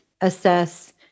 assess